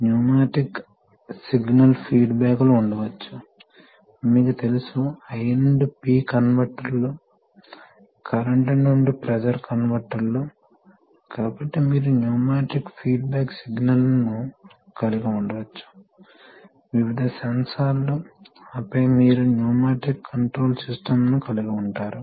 అందువల్ల స్ప్రింగ్ అంతటా ప్రెషర్ వ్యత్యాసాన్ని నిర్దేశిస్తుంది ఇది ఈ స్ప్రింగ్ ద్వారా సెట్ చేయబడింది ఇది ఎల్లప్పుడూ స్ప్రింగ్ ఫోర్స్ కి సమానంగా ఉంటుంది మరియు ఇప్పుడు ఏమి జరగబోతోంది అంటే v నాచ్ యొక్క ఒక నిర్దిష్ట ప్రారంభంలో ఉంటే మీకు ప్రెషర్ వ్యత్యాసం ఫిక్స్ చేయబడింది మరియు మీకు ఓపెనింగ్ క్రాస్ సెక్షన్ ఫిక్స్ చేయబడితే ప్రవాహం స్థిరంగా ఉంటుంది కాబట్టి ఇదే మార్గం కాబట్టి ప్రెషర్ పెరిగే క్షణం ఈ పూల్ ద్వారా ఇది సర్దుబాటు అవుతుంది